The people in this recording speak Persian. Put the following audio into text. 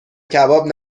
کباب